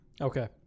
Okay